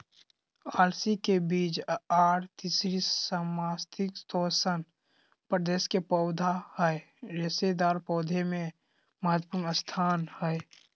अलसी के बीज आर तीसी समशितोष्ण प्रदेश के पौधा हई रेशेदार पौधा मे महत्वपूर्ण स्थान हई